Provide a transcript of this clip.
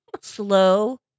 Slow